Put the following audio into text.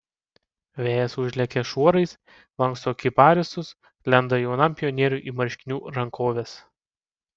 vėjas užlekia šuorais lanksto kiparisus lenda jaunam pionieriui į marškinių rankoves